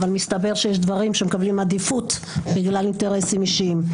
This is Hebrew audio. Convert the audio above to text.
אבל מסתבר שיש דברים שמקבלים עדיפות בגלל אינטרסים אישיים.